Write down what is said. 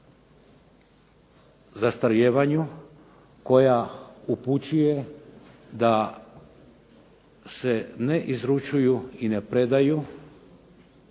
zastarijevanju koja upućuje da se ne izručuju i ne predaju,